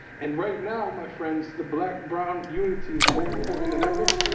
and right now, my friends, the black brown unity is more important than ever,